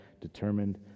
determined